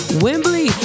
Wembley